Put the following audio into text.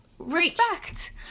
respect